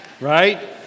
right